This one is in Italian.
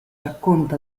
racconta